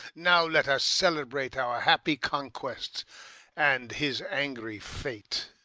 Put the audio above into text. now let us celebrate our happy conquest and his angry fate.